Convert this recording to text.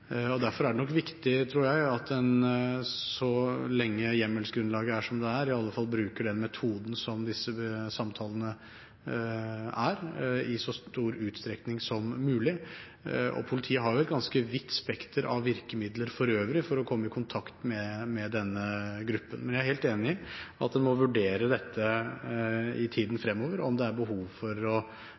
Derfor er det nok viktig, tror jeg – så lenge hjemmelsgrunnlaget er som det er – at en i alle fall bruker den metoden som disse samtalene er, i så stor utstrekning som mulig. Politiet har et ganske vidt spekter av virkemidler for øvrig for å komme i kontakt med denne gruppen. Men jeg er helt enig i at en må vurdere dette i tiden fremover, og om det er behov for å